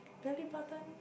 do I leave button